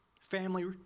family